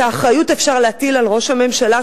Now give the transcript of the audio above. את האחריות אפשר להטיל על ראש הממשלה,